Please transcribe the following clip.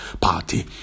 party